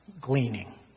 gleaning